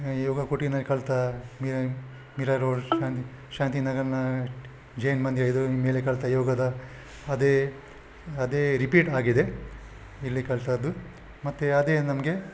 ಯೋಗ ಕುಟೀರ್ದಲ್ಲಿ ಕಲಿತ ಮೀರಾ ಮೀರಾ ರೋಡ್ ಶಾಂತಿ ಶಾಂತಿನಗರ್ನ ಜೈನ್ ಮಂದಿರ ಎದುರು ಮೇಲೆ ಕಲಿತ ಯೋಗದ ಅದೇ ಅದೇ ರಿಪೀಟ್ ಆಗಿದೆ ಇಲ್ಲಿ ಕಲಿತದ್ದು ಮತ್ತೆ ಅದೇ ನಮಗೆ